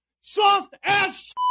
Soft-ass